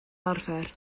arfer